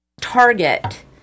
target